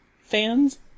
fans